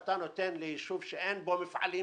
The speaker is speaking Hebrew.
אם אתה נותן הטבות מס ליישוב שאין בו בכלל מפעלים